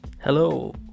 Hello